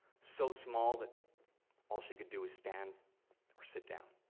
so small that all she could do is stand or sit down.